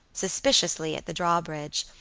suspiciously at the drawbridge,